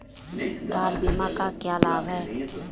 Car बीमा का क्या लाभ है?